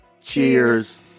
cheers